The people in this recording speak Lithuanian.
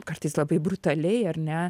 kartais labai brutaliai ar ne